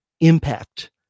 impact